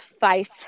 face